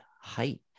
height